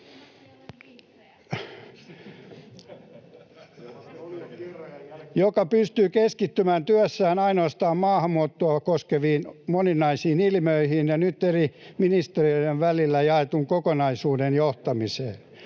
joka pystyy keskittymään työssään ainoastaan maahanmuuttoa koskeviin moninaisiin ilmiöihin ja nyt eri ministeriöiden välille jaetun kokonaisuuden johtamiseen.